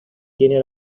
tiene